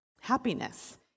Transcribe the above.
Happiness